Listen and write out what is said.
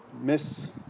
Miss